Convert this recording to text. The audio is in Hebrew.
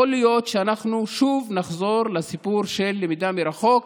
יכול להיות שאנחנו שוב נחזור לסיפור של למידה מרחוק,